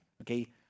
okay